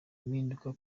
impinduka